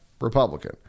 Republican